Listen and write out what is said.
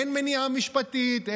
אין מניעה משפטית,